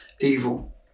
evil